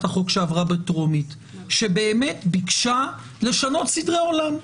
החוק שעברה בטרומית שבאמת ביקשה לשנות סדרי עולם.